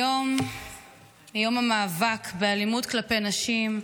היום יום המאבק באלימות כלפי נשים.